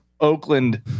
Oakland